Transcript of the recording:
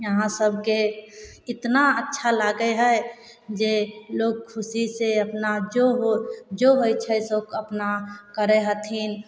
यहाँ सबके इतना अच्छा लागै हइ जे लोक खुशी से अपना जो हो जो होइ छै लोक अपना करै हथिन